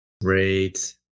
Great